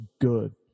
good